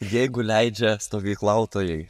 jeigu leidžia stovyklautojai